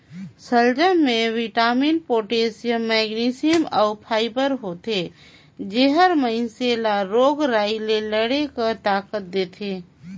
सलजम में vitamin, potassium, manganese अउ फाइबर होथे जेहर मइनसे ल रोग राई ले लड़े कर ताकत देथे